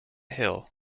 hill